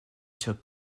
took